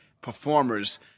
performers